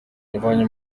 yavanye